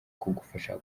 kugufasha